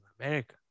America